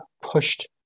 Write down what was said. pushed